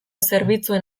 zerbitzuen